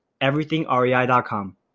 everythingrei.com